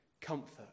comfort